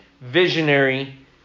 visionary